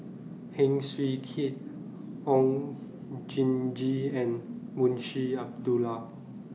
Heng Swee Keat Oon Jin Gee and Munshi Abdullah